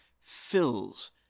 fills